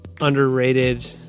underrated